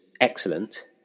excellent